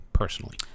Personally